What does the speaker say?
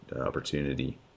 opportunity